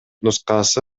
нускасы